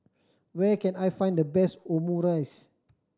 where can I find the best Omurice